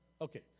Okay